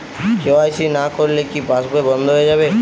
KYC না করলে কি পাশবই বন্ধ হয়ে যাবে?